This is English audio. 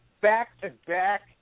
back-to-back